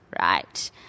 Right